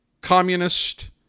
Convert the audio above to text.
Communist